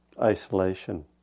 isolation